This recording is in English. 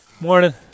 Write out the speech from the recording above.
Morning